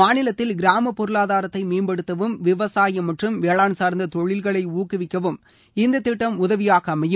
மாநிலத்தில் கிராமப் பொருளாதாரத்தை மேம்படுத்தவும் விவசாயம் மற்றும் வேளாண் சார்ந்த தொழில்களை ஊக்குவிக்கவும் இந்த திட்டம் உதவியாக அமையும்